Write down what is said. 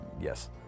yes